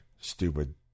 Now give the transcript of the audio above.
Stupid